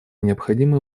необходимо